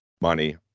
money